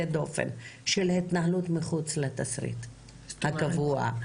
דופן של התנהלות מחוץ לתסריט הקבוע.